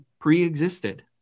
pre-existed